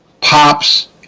pops